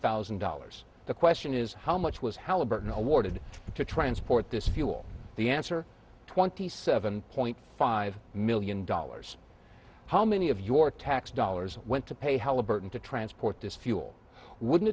thousand dollars the question is how much was halliburton awarded to transport this fuel the answer twenty seven point five million dollars how many of your tax dollars went to pay halliburton to transport this fuel wouldn't